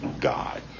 God